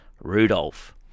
Rudolph